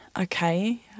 okay